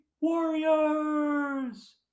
warriors